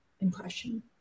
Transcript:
impression